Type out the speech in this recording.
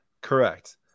Correct